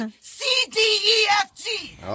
C-D-E-F-G